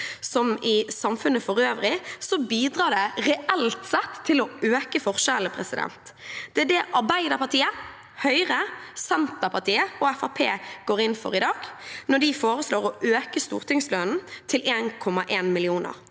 som i samfunnet for øvrig, bidrar det reelt sett til å øke forskjellene. Det er det Arbeiderpartiet, Høyre, Senterpartiet og Fremskrittspartiet går inn for i dag når de foreslår å øke stortingslønnen til 1,1 mill. kr.